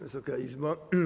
Wysoka Izbo!